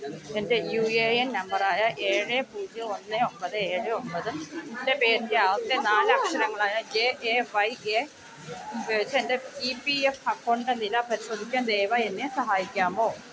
എൻ്റെ U A N number ആയ ഏഴ് പൂജ്യം ഒന്ന് ഒമ്പത് ഏഴ് ഒമ്പതും എൻ്റെ പേരിൻ്റെ ആദ്യ നാല് അക്ഷരങ്ങളായ ജെ എ വൈ എ വെച്ച് ഉപയോഗിച്ച് എൻ്റെ ഇ പി എഫ് അക്കൌണ്ടിൻ്റെ നില പരിശോധിക്കാൻ ദയവായി എന്നെ സഹായിക്കാമോ